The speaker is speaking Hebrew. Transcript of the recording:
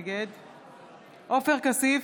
נגד עופר כסיף,